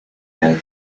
mehrere